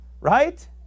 Right